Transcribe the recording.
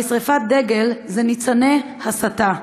הרי שרפת דגל זה ניצני הסתה,